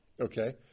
Okay